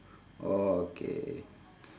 okay